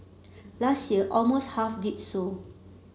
last year almost half did so